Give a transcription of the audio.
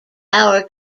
tower